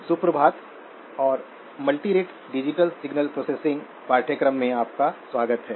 सुप्रभात और multirate digital signal processing पाठ्यक्रम में आपका स्वागत है